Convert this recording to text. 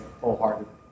wholeheartedly